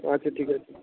আচ্ছা ঠিক আছে